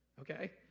okay